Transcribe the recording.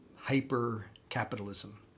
hyper-capitalism